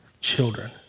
children